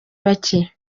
bake